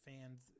fans